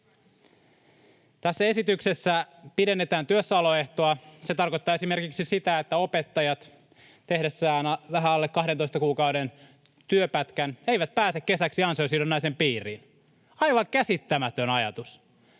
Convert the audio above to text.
Tässä esityksessä pidennetään työssäoloehtoa. Se tarkoittaa esimerkiksi sitä, että opettajat tehdessään vähän alle 12 kuukauden työpätkän eivät pääse kesäksi ansiosidonnaisen piiriin. Aivan käsittämätön ajatus.